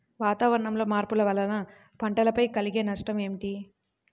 వాతావరణంలో మార్పుల వలన పంటలపై కలిగే నష్టం ఏమిటీ?